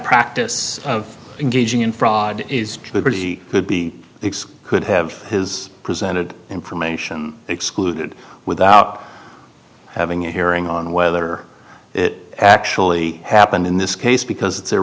practice of engaging in fraud is liberty could be it's could have his presented information excluded without having a hearing on whether it actually happened in this case because it's